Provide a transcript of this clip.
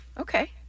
Okay